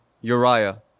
Uriah